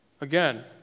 Again